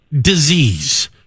disease